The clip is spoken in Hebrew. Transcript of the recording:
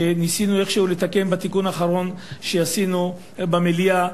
שניסינו איכשהו לתקן בתיקון האחרון שעשינו במליאה,